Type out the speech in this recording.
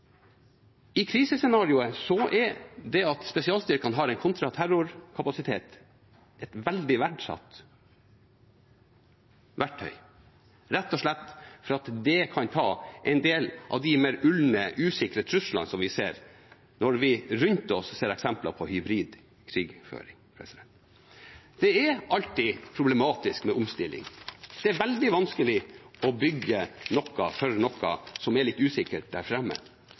I krisescenarioet er det at spesialstyrkene har en kontraterrorkapasitet, et veldig verdsatt verktøy, rett og slett fordi det kan ta en del av de mer ulne, usikre truslene som vi ser, når vi rundt oss ser eksempler på hybrid krigføring. Det er alltid problematisk med omstilling. Det er veldig vanskelig å bygge noe for noe som er litt usikkert der fremme,